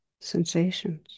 sensations